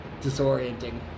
disorienting